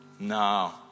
No